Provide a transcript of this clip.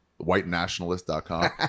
whitenationalist.com